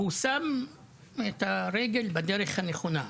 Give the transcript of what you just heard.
והוא שם את הרגל בדרך הנכונה,